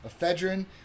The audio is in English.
Ephedrine